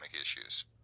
issues